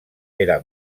era